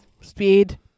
Speed